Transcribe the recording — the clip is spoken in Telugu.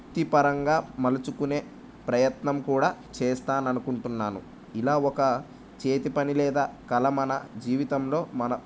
వృత్తిపరంగా మలుచుకునే ప్రయత్నం కూడా చేస్తాననుకుంటున్నాను ఇలా ఒక చేతి పని లేదా కళ మన జీవితంలో మన